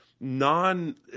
non